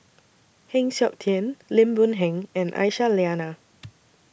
Heng Siok Tian Lim Boon Heng and Aisyah Lyana